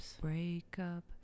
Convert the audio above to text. Breakup